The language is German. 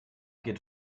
geht